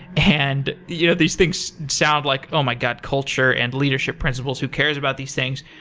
and you know these things sound like, oh my god! culture and leadership principles, who cares about these things?